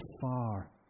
far